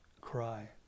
cry